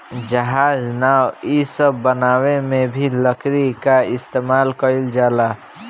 जहाज, नाव इ सब बनावे मे भी लकड़ी क इस्तमाल कइल जाला